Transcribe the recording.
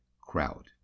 crowd